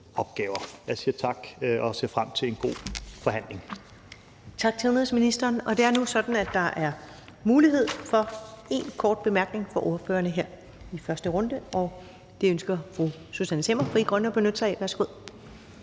næstformand (Karen Ellemann): Tak til udenrigsministeren. Det er nu sådan, at der er mulighed for én kort bemærkning fra ordførerne her i første runde. Det ønsker fru Susanne Zimmer, Frie Grønne, at benytte sig af. Værsgo.